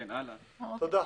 תודה.